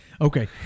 Okay